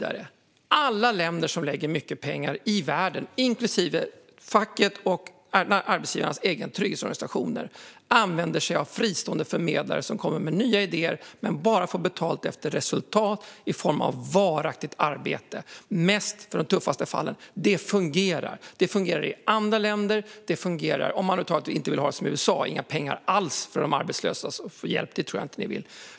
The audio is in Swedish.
Alla länder i världen som lägger mycket pengar på detta, inklusive facket och arbetsgivarnas egna trygghetsorganisationer, använder sig av fristående förmedlare som kommer med nya idéer men som bara får betalt efter resultat i form av varaktigt arbete. Det blir mest för de tuffaste fallen. Det här fungerar. Det fungerar i andra länder, och det fungerar i Sverige. Ett undantag är väl USA där det inte finns några pengar alls för att ge hjälp till de arbetslösa.